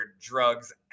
drugs